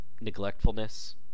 neglectfulness